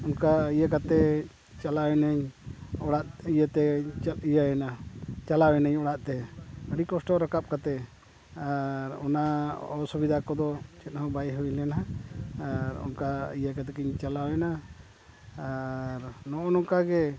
ᱚᱱᱠᱟ ᱤᱭᱟᱹ ᱠᱟᱛᱮᱫ ᱪᱟᱞᱟᱣ ᱮᱱᱟᱹᱧ ᱚᱲᱟᱜ ᱤᱭᱟᱹᱛᱮ ᱤᱭᱟᱹᱭᱮᱱᱟ ᱪᱟᱞᱟᱣ ᱮᱱᱟᱹᱧ ᱚᱲᱟᱜ ᱛᱮ ᱟᱹᱰᱤ ᱠᱚᱥᱴᱚ ᱨᱟᱠᱟᱵ ᱠᱟᱛᱮᱫ ᱟᱨ ᱚᱱᱟ ᱚᱥᱩᱵᱤᱫᱷᱟ ᱠᱚᱫᱚ ᱪᱮᱫᱦᱚᱸ ᱵᱟᱭ ᱦᱩᱭ ᱞᱮᱱᱟ ᱟᱨ ᱚᱱᱠᱟ ᱤᱭᱟᱹ ᱠᱟᱛᱮᱫ ᱜᱮᱧ ᱪᱟᱞᱟᱣᱮᱱᱟ ᱟᱨ ᱱᱚᱜᱼᱚ ᱱᱚᱝᱠᱟ ᱜᱮ